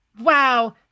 Wow